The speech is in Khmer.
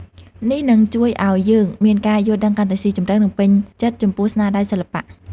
នេះនឹងជួយឲ្យយើងមានការយល់ដឹងកាន់តែស៊ីជម្រៅ និងពេញចិត្តចំពោះស្នាដៃសិល្បៈ។